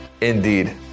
indeed